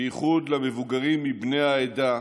בייחוד למבוגרים מבני העדה,